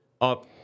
up